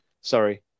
sorry